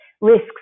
risks